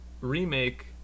remake